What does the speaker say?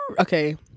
Okay